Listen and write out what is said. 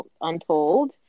Untold